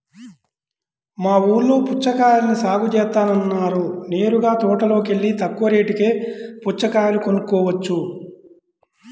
మా ఊల్లో పుచ్చకాయల్ని సాగు జేత్తన్నారు నేరుగా తోటలోకెల్లి తక్కువ రేటుకే పుచ్చకాయలు కొనుక్కోవచ్చు